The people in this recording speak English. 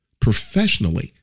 professionally